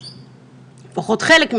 או לפחות חלק,